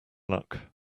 luck